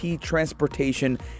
transportation